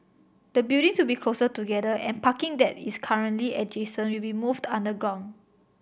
the buildings will be closer together and parking that is currently adjacent will be moved underground